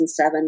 2007